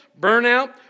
burnout